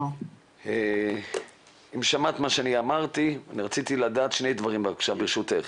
אם שמעת מה ש אמרתי, רציתי לדעת שני דברים ברשותך.